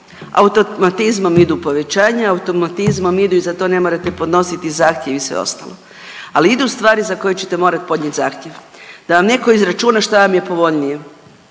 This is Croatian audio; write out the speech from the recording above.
automatizmom idu povećanja, automatizmom idu i za to ne morate podnositi zahtjev i sve ostalo, ali idu stvari za koje ćete morat podnijet zahtjev da vam neko izračuna šta vam je povoljnije,